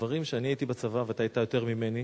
והתקבלה תשובה שלילית.